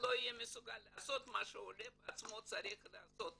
לא יהיה מסוגל לעשות מה שהעולה בעצמו צריך לעשות.